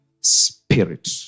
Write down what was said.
Spirit